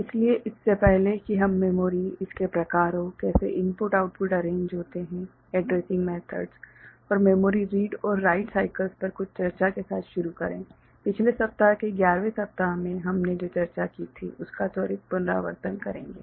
इसलिए इससे पहले कि हम मेमोरी इसके प्रकारों कैसे इनपुट आउटपुट अरैंज होते है एड्रेसिंग मेथोड्स और मेमोरी रीड और राइट साइकल्स पर कुछ चर्चा के साथ शुरू करें पिछले सप्ताह के 11 वें सप्ताह में हमने जो चर्चा की थी उसका त्वरित पुनरावर्तन करेंगे